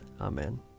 Amen